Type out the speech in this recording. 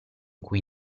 cui